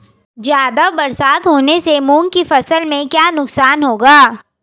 ज़्यादा बरसात होने से मूंग की फसल में क्या नुकसान होगा?